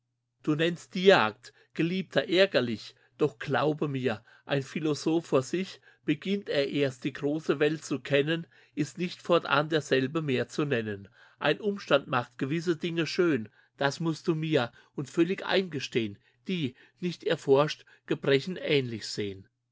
du nennst die jagd geliebter ärgerliche doch glaube mir ein philosoph vor sich beginnt er erst die große welt zu kennen ist nicht fortan derselbe mehr zu nennen ein umstand macht gewisse dinge schön das musst du mir und völlig eingestehn die nicht erforscht gebrechen ähnlich sehn